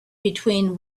between